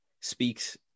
speaks